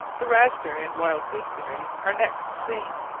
the raspberry and wild gooseberry are next seen,